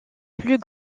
plus